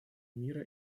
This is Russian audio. мира